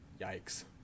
Yikes